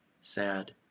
sad